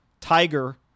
Tiger